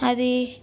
అది